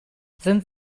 sind